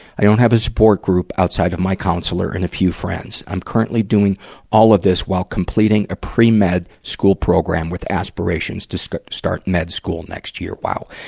i don't have a support group outside of my counselor and a few friends. i'm currently doing all of this, while completing a pre-med school program, with aspirations to start start med school next year. wow!